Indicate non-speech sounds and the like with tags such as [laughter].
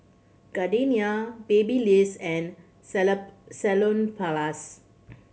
Gardenia Babyliss and [unintelligible] Salonpas